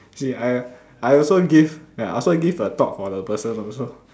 see I I also give ya I also give a thought for the person also